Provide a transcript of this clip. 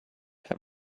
her